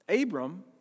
Abram